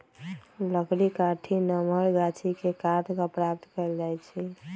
लकड़ी काठी नमहर गाछि के काट कऽ प्राप्त कएल जाइ छइ